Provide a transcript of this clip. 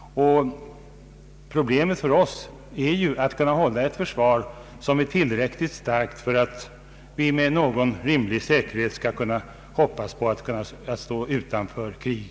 Problemet för oss är att kunna hålla ett försvar som är tillräckligt starkt för att vi med någon rimlig säkerhet skall kunna hoppas på att stå utanför krig.